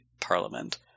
parliament